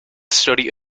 study